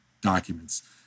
documents